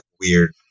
weird